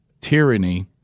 tyranny